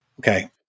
Okay